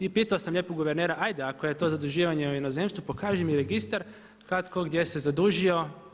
I pitao sam lijepo guvernera ajde ako je to zaduživanje u inozemstvu pokaži mi registar kad, ko, gdje se zadužio?